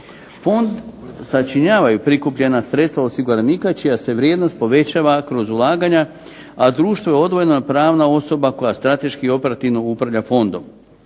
Fond sačinjavaju prikupljena sredstva osiguranika čija se vrijednost povećava kroz ulaganja, a društvo je odvojena pravna osoba koja strateški i operativno upravlja fondom.